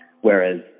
Whereas